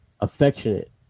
affectionate